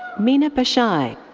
mina beshai.